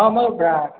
ହଁ ମଉସା